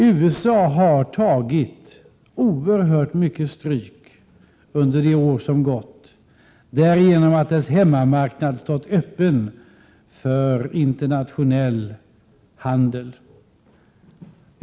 USA har tagit oerhört mycket stryk under de år som gått, därigenom att dess hemmamarknad har stått öppen för internationell handel.